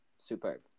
Superb